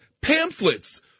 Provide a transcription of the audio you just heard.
pamphlets